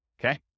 okay